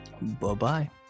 Bye-bye